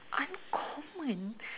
uncommon